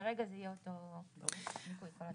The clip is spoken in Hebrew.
כרגע זה יהיה אותו הסכום לניכוי.